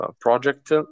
project